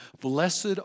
Blessed